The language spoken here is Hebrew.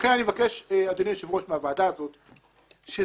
לכן אני מבקש מהוועדה אדוני היושב ראש,